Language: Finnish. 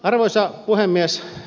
arvoisa puhemies